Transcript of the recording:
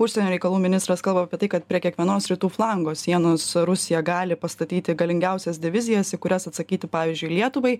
užsienio reikalų ministras kalba apie tai kad prie kiekvienos rytų flango sienos rusija gali pastatyti galingiausias divizijas į kurias atsakyti pavyzdžiui lietuvai